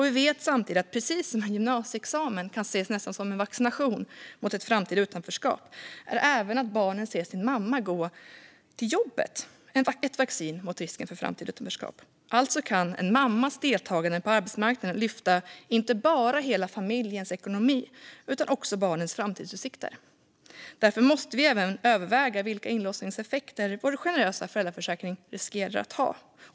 Vi vet samtidigt att precis som en gymnasieexamen nästan kan ses som en vaccination mot ett framtida utanförskap, är även att som barn se sin mamma gå till jobbet ett vaccin mot risken för framtida utanförskap. Alltså kan en mammas deltagande på arbetsmarknaden lyfta inte bara hela familjens ekonomi utan också barnens framtidsutsikter. Därför måste vi även överväga vilka inlåsningseffekter vår generösa föräldraförsäkring riskerar att ha.